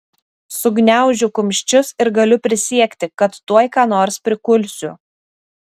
sugniaužiu kumščius ir galiu prisiekti kad tuoj ką nors prikulsiu